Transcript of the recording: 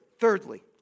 Thirdly